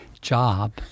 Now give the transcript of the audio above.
job